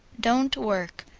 don't work.